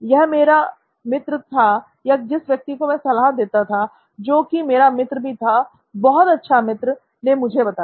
यह मेरे मित्र या जिस व्यक्ति को मैं सलाह देता था जो कि मेरा मित्र भी था बहुत अच्छा मित्र ने मुझे बताया